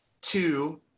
two